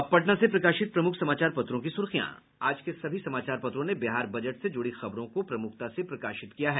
अब पटना से प्रकाशित प्रमुख समाचार पत्रों की सुर्खियां आज के सभी समाचार पत्रों ने बिहार बजट से जूड़ी खबरों को प्रमुखता से प्रकाशित किया है